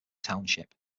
township